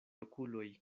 okuloj